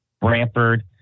Brantford